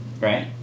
Right